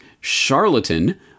charlatan